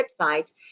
website